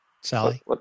Sally